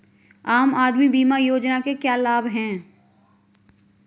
आम आदमी बीमा योजना के क्या लाभ हैं?